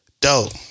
dope